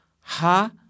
Ha